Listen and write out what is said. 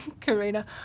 Karina